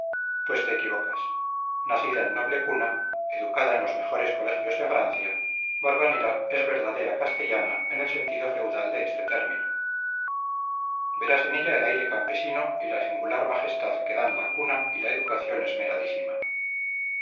pues te equivocas nacida en noble cuna educada en los mejores colegios de francia valvanera es verdadera castellana en el sentido feudal de este término verás en ella el aire campesino y la singular majestad que dan la cuna y la educación